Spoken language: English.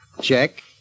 Check